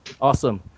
Awesome